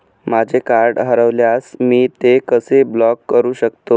माझे कार्ड हरवल्यास मी ते कसे ब्लॉक करु शकतो?